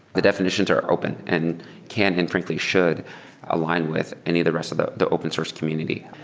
the defi nitions are open and can and frankly should align with any of the rest of the the open source community.